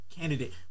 candidate